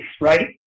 right